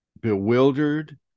bewildered